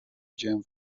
dzień